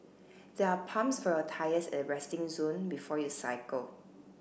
there are pumps for your tyres at the resting zone before you cycle